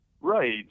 Right